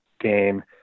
game